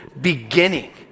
beginning